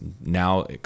now